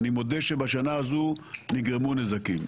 אני מודה שבשנה הזו נגרמו נזקים.